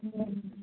ए